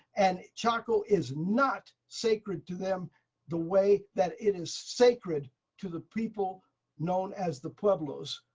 and chaco is not sacred to them the way that it is sacred to the people known as the pueblos.